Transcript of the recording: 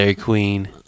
queen